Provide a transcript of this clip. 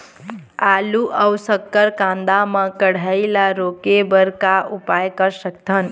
आलू अऊ शक्कर कांदा मा कढ़ाई ला रोके बर का उपाय कर सकथन?